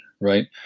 Right